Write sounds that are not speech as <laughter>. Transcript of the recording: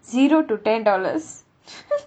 zero to ten dollars <laughs>